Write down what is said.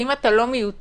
שאם אתה לא מיוצג,